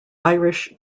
irish